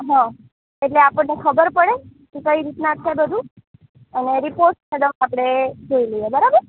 હા એટલે આપણને ખબર પડે કે કઈ રીતના છે બધું અને રીપોર્ટ બધાં આપણે જોઈ લઈએ બરાબર